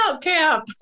camp